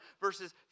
verses